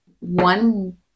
one